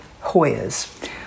Hoyas